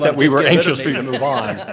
like we were anxious for you to move on,